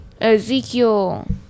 Ezekiel